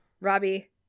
robbie